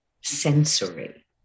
sensory